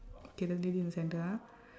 okay the lady in the center ah